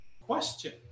question